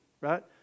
right